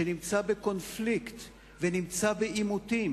שנמצא בקונפליקט ונמצא בעימותים.